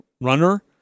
runner